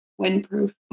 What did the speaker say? windproof